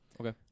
Okay